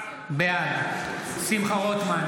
בעד שמחה רוטמן,